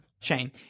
chain